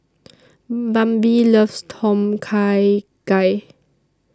Bambi loves Tom Kha Gai